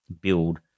build